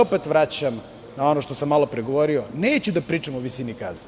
Opet se vraćam na ono što sam malo pre govorio, neću da pričam o visini kazni.